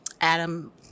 Adam